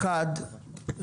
אחת,